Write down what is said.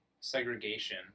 segregation